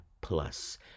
Plus